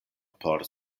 por